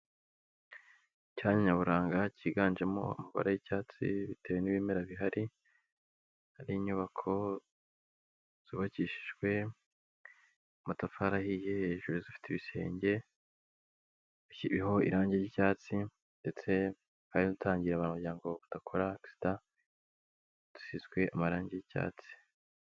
Icyanya nyaburanga kiganjemo umubare w'cyatsi bitewe n'ibimera bihari, hari inyubako zubakishijwe amatafari ahiye, hejuru zifite ibisenge bisizeho irangi ry'icyatsi ndetse kandi two gutangira abanyamuryango ngo badakora agisida dusizwe amarangi y'icyatsi.